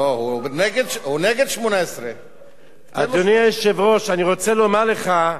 הוא נגד 18. אדוני היושב-ראש, אני רוצה לומר לך,